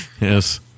Yes